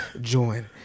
join